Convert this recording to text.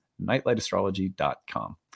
nightlightastrology.com